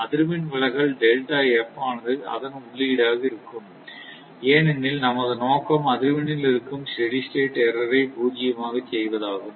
அதிர்வெண் விலகல் delta F ஆனது இதன் உள்ளீடாக இருக்கும் ஏனெனில் நமது நோக்கம் அதிர்வெண்ணில் இருக்கும் ஸ்டெடி ஸ்டேட் எர்ரர் ஐ பூஜ்ஜியமாக செய்வதாகும்